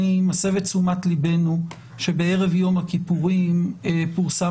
אני מסב את תשומת ליבנו שבערב יום הכיפורים פורסם